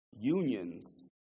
unions